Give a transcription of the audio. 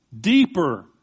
deeper